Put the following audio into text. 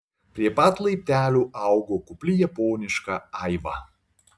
prie pat laiptelių augo kupli japoniška aiva